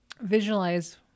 visualize